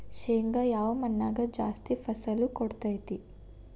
ಶೇಂಗಾ ಯಾವ ಮಣ್ಣಾಗ ಜಾಸ್ತಿ ಫಸಲು ಕೊಡುತೈತಿ?